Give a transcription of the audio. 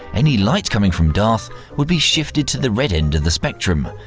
any light coming from darth would be shifted to the red end of the spectrum,